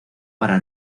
para